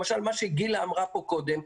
למשל מה שגילה אמרה פה קודם,